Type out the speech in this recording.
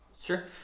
Sure